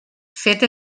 fet